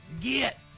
get